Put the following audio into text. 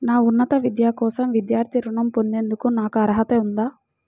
నా ఉన్నత విద్య కోసం విద్యార్థి రుణం పొందేందుకు నాకు అర్హత ఉందా?